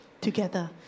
together